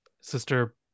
Sister